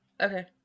okay